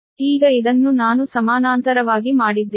ಈಗ ಇದನ್ನು ನಾನು ಸಮಾನಾಂತರವಾಗಿ ಮಾಡಿದ್ದೇನೆ